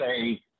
say